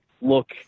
look